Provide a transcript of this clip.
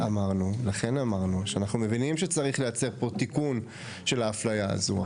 לכן אמרנו שאנחנו מבינים שצריך לייצר פה תיקון של האפליה הזו.